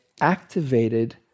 activated